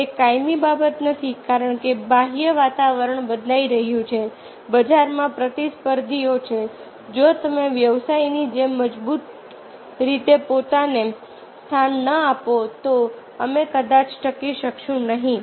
તે કાયમી બાબત નથી કારણ કે બાહ્ય વાતાવરણ બદલાઈ રહ્યું છે બજારમાં પ્રતિસ્પર્ધીઓ છે જો તમે વ્યવસાયની જેમ મજબૂત રીતે પોતાને સ્થાન ન આપો તો અમે કદાચ ટકી શકીશું નહીં